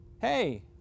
hey